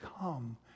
come